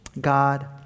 god